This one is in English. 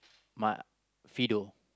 my Fido